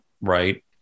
right